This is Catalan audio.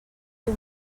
diu